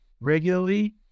regularly